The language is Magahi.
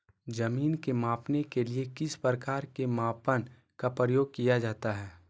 जमीन के मापने के लिए किस प्रकार के मापन का प्रयोग किया जाता है?